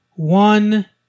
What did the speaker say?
One